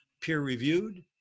peer-reviewed